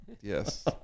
Yes